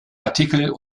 artikel